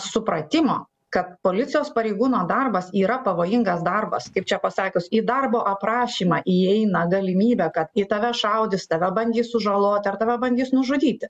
supratimo kad policijos pareigūno darbas yra pavojingas darbas kaip čia pasakius į darbo aprašymą įeina galimybė kad į tave šaudys tave bandys sužaloti ar tave bandys nužudyti